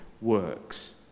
works